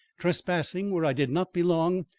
trespassing where i did not belong,